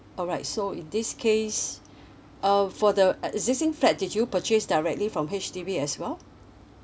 alright so in this case uh for the e~ existing flat did you purchase directly from H_D_B as well